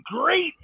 great